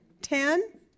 ten